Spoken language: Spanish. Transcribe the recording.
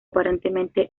aparentemente